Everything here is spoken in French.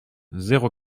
zéro